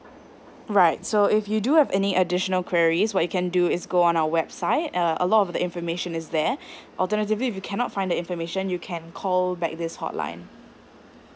right so if you do have any additional queries what you can do is go on our website uh a lot of the information is there alternatively if you cannot find the information you can call back this hotline